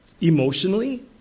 Emotionally